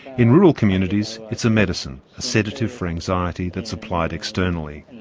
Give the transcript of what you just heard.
in rural communities, it's a medicine, a sedative for anxiety that's applied externally.